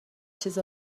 چیز